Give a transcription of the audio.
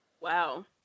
Wow